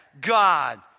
God